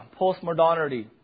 postmodernity